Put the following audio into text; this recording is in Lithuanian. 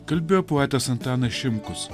kalbėjo poetas antanas šimkus